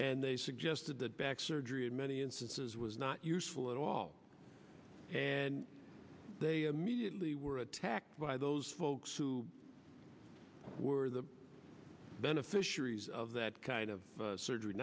and they suggested that back surgery in many instances was not useful at all and they immediately were attacked by those folks who were the beneficiaries of that kind of